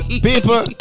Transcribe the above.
People